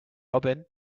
robin